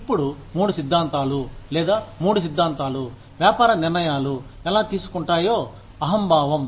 ఇప్పుడు మూడు సిద్ధాంతాలు లేదా మూడు సిద్ధాంతాలు వ్యాపార నిర్ణయాలు ఎలా తీసుకుంటాయో అహంభావం